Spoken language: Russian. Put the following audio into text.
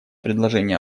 предложение